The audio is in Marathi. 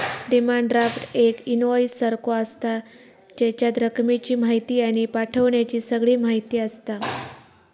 डिमांड ड्राफ्ट एक इन्वोईस सारखो आसता, जेच्यात रकमेची म्हायती आणि पाठवण्याची सगळी म्हायती आसता